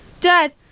Dad